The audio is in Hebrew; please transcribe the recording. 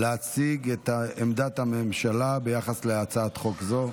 להציג את עמדת הממשלה ביחס להצעת חוק זו.